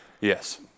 Yes